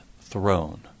throne